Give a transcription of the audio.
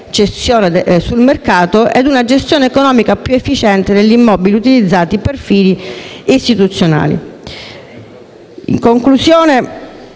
In conclusione,